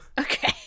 Okay